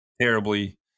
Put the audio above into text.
terribly